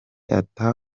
ata